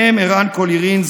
ובהם ערן קולירין,